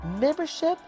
membership